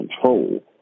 control